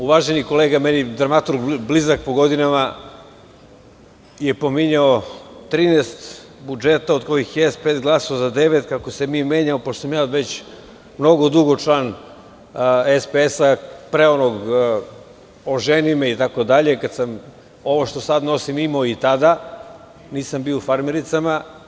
Uvaženi kolega dramaturg, meni blizak po godinama, je pominjao 13 budžeta od kojih je SPS glasao za devet, kako se mi menjamo, pošto sam ja već mnogo dugo član SPS, pre onog „oženi me“ itd, kada sam ovo što sad nosim imao i tada, nisam bio u farmericama.